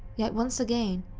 yet, once again,